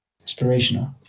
inspirational